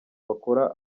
bakora